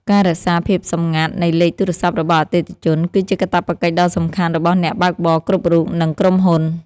ការរក្សាភាពសម្ងាត់នៃលេខទូរស័ព្ទរបស់អតិថិជន គឺជាកាតព្វកិច្ចដ៏សំខាន់របស់អ្នកបើកបរគ្រប់រូប និងក្រុមហ៊ុន។